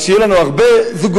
אז שיהיו לנו הרבה זוגות,